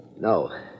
No